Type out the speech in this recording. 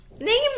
Name